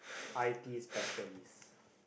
i_t specialist